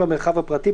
במרחב הפרטי,